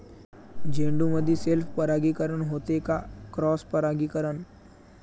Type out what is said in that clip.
झेंडूमंदी सेल्फ परागीकरन होते का क्रॉस परागीकरन?